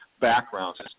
backgrounds